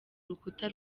rukuta